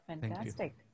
Fantastic